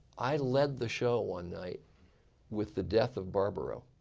i led the show one night with the death of barbaro.